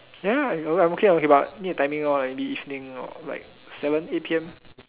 ya I'm okay I'm okay but need a timing lor like maybe evening or or seven eight P_M